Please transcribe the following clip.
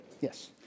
yes